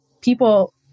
people